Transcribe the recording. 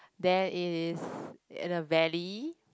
then it is in a valley